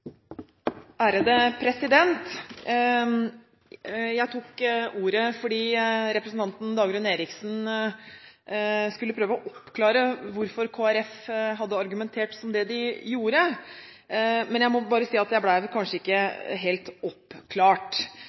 Eriksen skulle prøve å oppklare hvorfor Kristelig Folkeparti hadde argumentert som de gjorde. Jeg må si at jeg fikk det kanskje ikke helt oppklart.